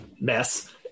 mess